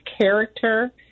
character